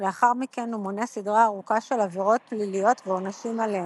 ולאחר מכן הוא מונה סדרה ארוכה של עבירות פליליות ועונשים עליהן.